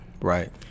Right